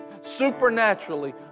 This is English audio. Supernaturally